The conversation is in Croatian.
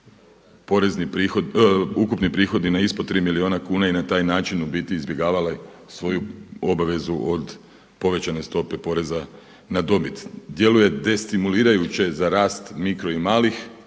ukupni prihodi na ispod 3 milijuna kuna. I na taj način u biti izbjegavale svoju obavezu od povećane stope poreza na dobit. Djeluje destimulirajuće za rast mikro i malih,